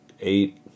eight